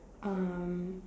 um